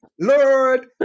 Lord